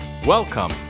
Welcome